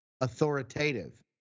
Authoritative